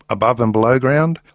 above and below ground,